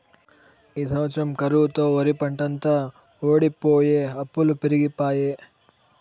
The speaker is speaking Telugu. ఈ సంవత్సరం కరువుతో ఒరిపంటంతా వోడిపోయె అప్పులు పెరిగిపాయె